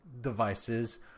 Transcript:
devices